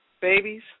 babies